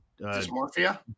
dysmorphia